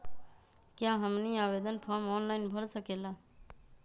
क्या हमनी आवेदन फॉर्म ऑनलाइन भर सकेला?